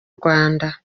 rwanda